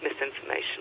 misinformation